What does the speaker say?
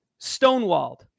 stonewalled